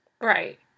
Right